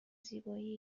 زیبایی